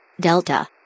Delta